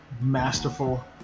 masterful